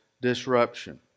disruption